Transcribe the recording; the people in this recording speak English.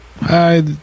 Hi